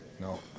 no